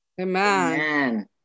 Amen